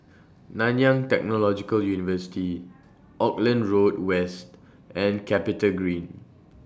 Nanyang Technological University Auckland Road West and Capitagreen